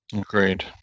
great